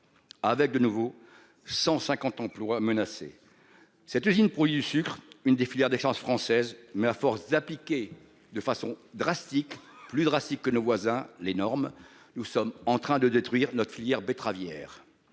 Avec de nouveaux 150 emplois menacés. Cette usine produit sucre une des filières des chances françaises mais à force d'appliquer de façon drastique plus drastique que nos voisins les normes. Nous sommes en train de détruire notre filière betteravière.